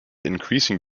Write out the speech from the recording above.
increasing